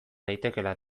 daitekeela